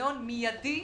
מנגנון מידי